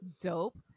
Dope